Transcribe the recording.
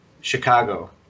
Chicago